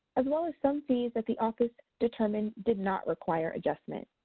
as well as some fees that the office determined did not require adjustment.